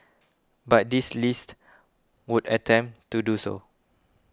but this list would attempt to do so